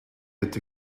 get